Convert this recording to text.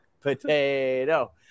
potato